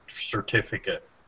certificate